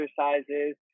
exercises